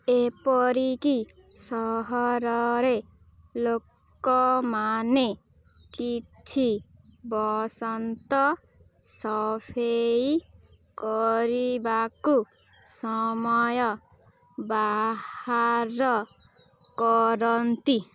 ଏପରିକି ସହରରେ ଲୋକମାନେ କିଛି ବସନ୍ତ ସଫେଇ କରିବାକୁ ସମୟ ବାହାର କରନ୍ତି